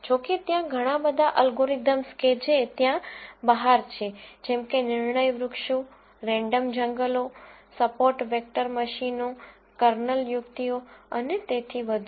જો કે ત્યાં ઘણા બધા અલ્ગોરિધમ કે જે ત્યાં બહાર છે જેમ કે decision trees random forests support vector મશીનો કર્નલ ટ્રિક્સ અને તેથી વધુ